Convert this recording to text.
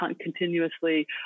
continuously